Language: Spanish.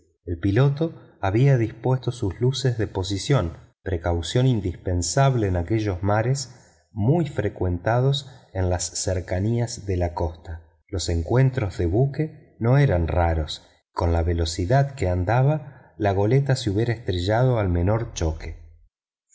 el piloto había dispuesto sus luces de posición precaución indispensable en aquellos mares muy frecuentados en las cercanías de la costa los encuentros de buques no eran raros y con la velocidad que andaba la goleta se hubiera estrellado al menor choque